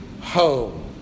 home